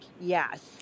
yes